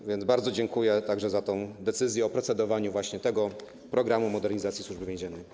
A więc bardzo dziękuję także za tę decyzję o procedowaniu właśnie nad tym „Programem modernizacji Służby Więziennej”